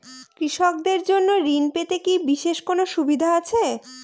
কৃষকদের জন্য ঋণ পেতে কি বিশেষ কোনো সুবিধা আছে?